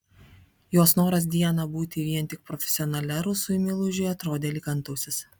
jos noras dieną būti vien tik profesionale rusui meilužiui atrodė lyg antausis